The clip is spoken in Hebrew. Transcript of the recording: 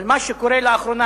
אבל מה שקורה לאחרונה,